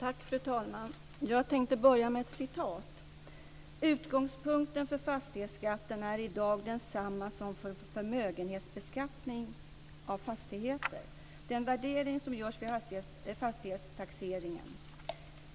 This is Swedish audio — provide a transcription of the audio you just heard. Fru talman! Jag tänkte börja med ett citat: "Utgångspunkten för fastighetsskatten är i dag densamma som för förmögenhetsbeskattningen av fastigheter - den värdering som görs vid fastighetstaxeringen.